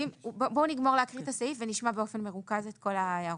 בואו נגמור להקריא את הסעיף ונשמע באופן מרוכז את כל ההערות.